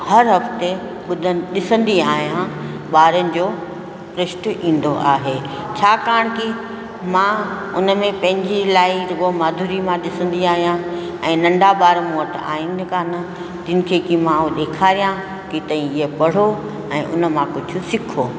हर हफ़्ते ॿुधण ॾिसंदी आहियां ॿारनि जो पृष्ट ईंदो आहे छाकाणि कि मां हुन में पंहिंजी लाइ जेको माधूरिमा ॾिसंदी आहियां ऐं नंढा ॿार मूं वटि आहिनि कान जिनि खे कि मां उहो ॾेखारियां कि त इअं पढ़ो ऐं हुन मां कुझु सिखो